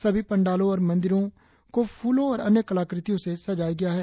सभी पंडालों और मंदिरों को फ्रलों और अन्य कलाकृतियों से सजाया गया है